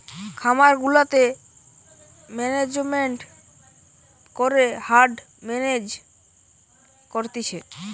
খামার গুলাতে ম্যানেজমেন্ট করে হার্ড মেনেজ করতিছে